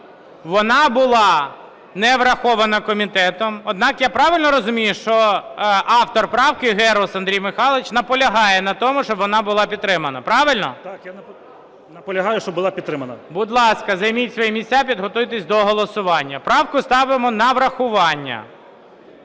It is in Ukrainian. вона була не врахована комітетом. Однак, я правильно розумію, що автор правки Герус Андрій Михайлович наполягає на тому, щоб вона була підтримана, правильно? ГЕРУС А.М. Так, я наполягаю, щоб була підтримана. ГОЛОВУЮЧИЙ. Будь ласка, займіть свої місця, підготуйтеся до голосування. Правку ставимо на врахування.